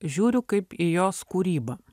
žiūriu kaip į jos kūrybą